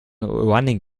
running